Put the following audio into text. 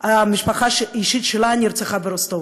המשפחה האישית שלה נרצחה ברוסטוב,